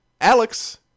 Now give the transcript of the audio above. Alex